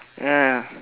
ya